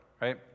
right